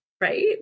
Right